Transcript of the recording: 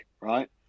right